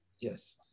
yes